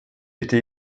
été